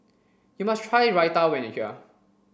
you must try Raita when you are here